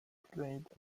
played